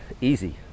easy